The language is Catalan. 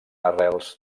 arrels